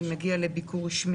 אדוני היושב-ראש,